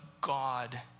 God